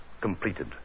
completed